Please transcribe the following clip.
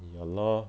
ya lor